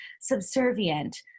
subservient